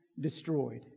Destroyed